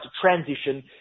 transition